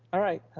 all right.